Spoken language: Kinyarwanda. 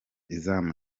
izamu